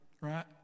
right